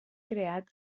creat